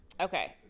Okay